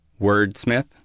wordsmith